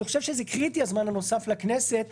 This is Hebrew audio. אני חושב שזה קריטי הזמן הנוסף בגלל